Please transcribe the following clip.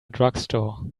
drugstore